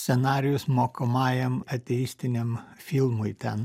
scenarijus mokomajam ateistiniam filmui ten